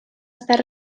estar